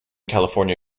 california